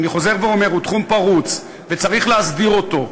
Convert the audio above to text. אני חוזר ואומר, הוא תחום פרוץ וצריך להסדיר אותו.